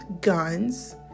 guns